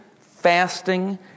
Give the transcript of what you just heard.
fasting